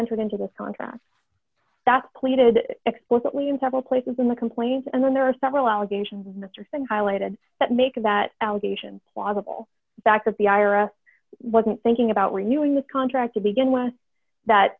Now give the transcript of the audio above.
entered into this contract that's pleaded explicitly in several places in the complaint and then there are several allegations mr singh highlighted that make that allegation plausible back of the ira wasn't thinking about renewing the contract to begin with that